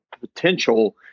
potential